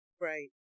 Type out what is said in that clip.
Right